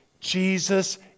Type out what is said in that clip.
Jesus